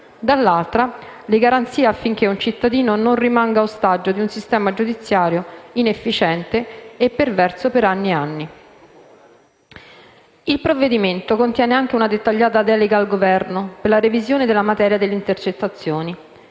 dall'altra, le garanzie affinché un cittadino non rimanga ostaggio di un sistema giudiziario inefficiente e perverso per anni e anni. Il provvedimento contiene anche una dettagliata delega al Governo per la revisione della materia delle intercettazioni.